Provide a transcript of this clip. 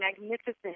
Magnificent